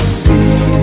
see